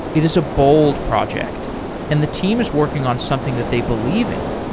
it is a bold project and the team is working on something that they believe in.